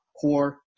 core